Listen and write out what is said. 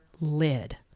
lid